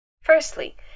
Firstly